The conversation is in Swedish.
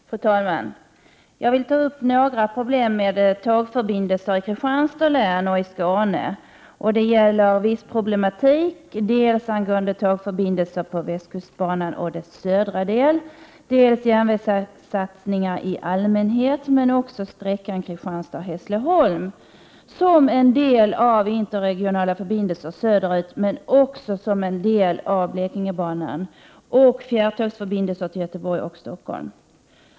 Fru talman! Jag vill ta upp några problem med tågförbindelser i Kristianstads län och i Skåne. Det gäller tågförbindelser på västkustbanan och särskilt dess södra del, sträckan Kristianstad-Hässleholm som en del av interregionala förbindelser söderut men också som en del av Blekingebanan, samt fjärrtågsförbindelser till Göteborg och Stockholm.